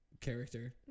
Character